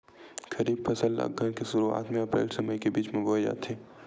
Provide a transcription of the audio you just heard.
खरीफ फसल ला अघ्घन के शुरुआत में, अप्रेल से मई के बिच में बोए जाथे